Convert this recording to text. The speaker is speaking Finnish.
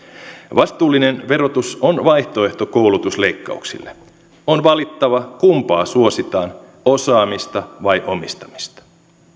vastuullinen verotus on vaihtoehto koulutusleikkauksille on valittava kumpaa suositaan osaamista vai omistamista